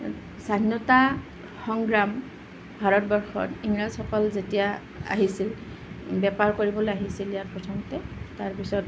স্বাধীনতা সংগ্ৰাম ভাৰতবৰ্ষত ইংৰাজসকল যেতিয়া আহিছিল বেপাৰ কৰিবলৈ আহিছিল ইয়াত প্ৰথমতে তাৰ পিছত